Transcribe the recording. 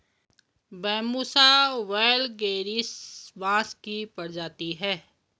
Bambusa vulgaris बाँस की प्रजाति है